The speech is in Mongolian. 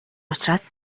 учраас